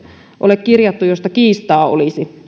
ole kirjattu joista kiistaa olisi